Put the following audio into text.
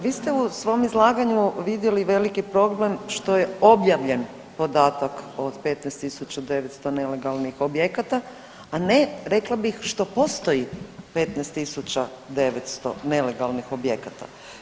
Vi ste u svom izlaganju vidjeli veliki problem što je objavljen podatak od 15.900 nelegalnih objekata, a ne, rekla bih, što postoji 15.900 nelegalnih objekata.